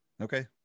okay